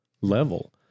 level